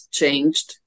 changed